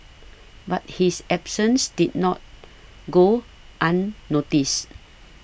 but his absences did not go unnoticed